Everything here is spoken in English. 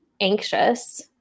anxious